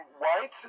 white